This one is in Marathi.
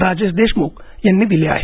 राजेश देशमुख यांनी दिले आहेत